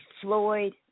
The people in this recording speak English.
Floyd